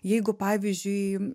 jeigu pavyzdžiui